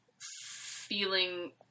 Feeling